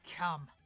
Come